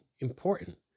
important